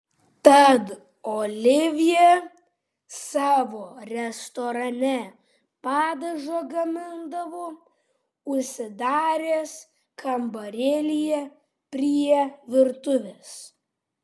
tad olivjė savo restorane padažą gamindavo užsidaręs kambarėlyje prie virtuvės